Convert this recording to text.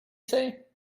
say